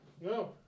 no